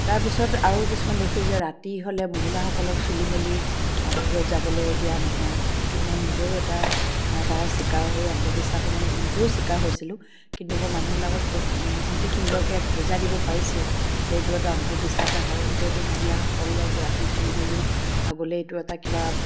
তাৰপিছত আৰু কিছুমান দেখো যে ৰাতি হ'লে মহিলাসকলক চুলি মেলি বাহিৰত যাবলৈ দিয়া নহয় সেইটোৰ মই নিজেও এটা তাৰ চিকাৰ এই অন্ধবিশ্বাসৰ মই নিজেও চিকাৰ হৈছিলো কিন্তু মই মানুহবিলাকক অ অতি সুন্দৰকৈ বুজাই দিব পাৰিছিলো যে এইটো এটা অন্ধবিশ্বাসহে হয় যে এইটো মহিলাসকলক ৰাতি চুলি মেলি আগলৈ এইটো এটা কিবা